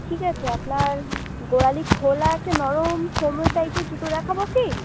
ঠিক আছে আপনার গোড়ালি খোলা একটা নরম ফোমের টাইপের জুতো দেখাব কি